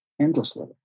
endlessly